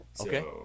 okay